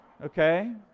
Okay